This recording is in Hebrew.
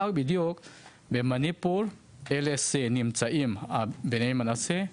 במאניפור אלה שנמצאים בני מנשה,